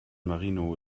marino